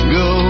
go